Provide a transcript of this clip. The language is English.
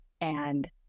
And-